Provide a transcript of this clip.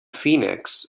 phoenix